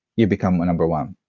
you become a number one.